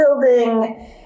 building